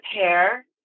pair